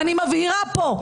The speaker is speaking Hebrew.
ואני מבהירה פה,